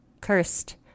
cursed